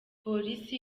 polisi